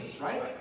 right